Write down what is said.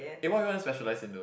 eh what you want specialise in though